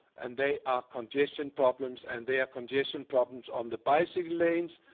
and they are congestion problems, and they are congestion problems on the bicycle lanes.